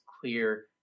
clear